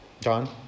John